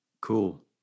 Cool